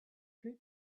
fruit